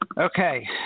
Okay